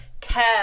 care